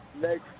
next